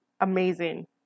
amazing